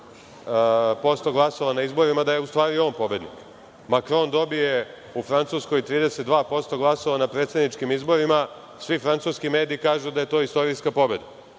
5% glasova na izborima da je u stvari on pobednik. Makron dobije u Francuskoj 32% glasova na predsedničkim izborima, svi francuski mediji kažu da je to istorijska pobeda.